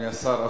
אדוני השר,